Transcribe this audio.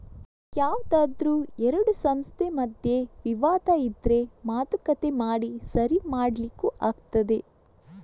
ಯಾವ್ದಾದ್ರೂ ಎರಡು ಸಂಸ್ಥೆ ಮಧ್ಯೆ ವಿವಾದ ಇದ್ರೆ ಮಾತುಕತೆ ಮಾಡಿ ಸರಿ ಮಾಡ್ಲಿಕ್ಕೂ ಆಗ್ತದೆ